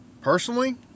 personally